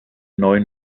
neuen